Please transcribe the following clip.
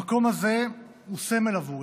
המקום הזה הוא סמל עבורי.